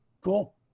Cool